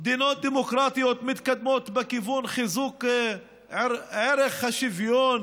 מדינות דמוקרטיות מתקדמות בכיוון של חיזוק ערך השוויון